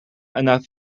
enough